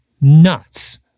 nuts